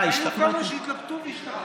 היו כמה שהתלבטו והשתכנעו.